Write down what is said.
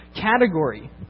category